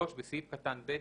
(3)בסעיף קטן (ב),